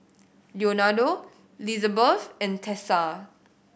Leonardo Lizabeth and Tessa